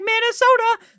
Minnesota